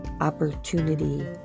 opportunity